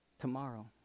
tomorrow